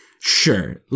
sure